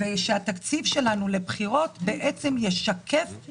הצעת התקציב שמונחת כאן משקפת את